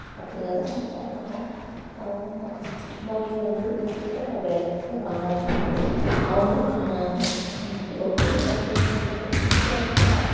அப்படிங்குறத நம்ம பார்க்கணும் நம்ம வீட்டுலருந்து வெளி இடத்துக்கு வேலைக்கு போகிறாங்க அப்படினா அவங்களுக்கான அந்த தூரம் ரொம்ப தூரத்தில் இருக்கா இல்லை கொஞ்சம் கிட்ட இருக்கா